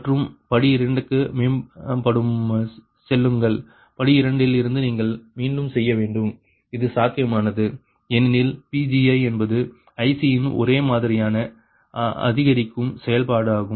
மற்றும் படி 2 க்கு மேம்படும் செல்லுங்கள் படி 2 இல் இருந்து நீங்கள் மீண்டும் செய்ய வேண்டும் இது சாத்தியமானது ஏனெனில் Pgi என்பது ICஇன் ஒரே மாதிரியான அதிகரிக்கும் செயல்பாடு ஆகும்